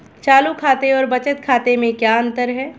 चालू खाते और बचत खाते में क्या अंतर है?